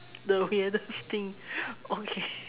the weirdest thing okay